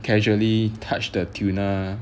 casually touched the tuna